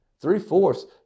three-fourths